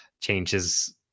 changes